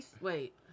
Wait